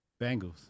Bengals